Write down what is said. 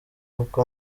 kuko